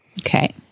Okay